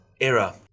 Era